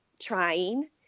trying